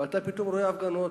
ואתה פתאום רואה הפגנות,